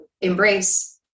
embrace